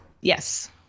Yes